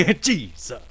Jesus